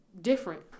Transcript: different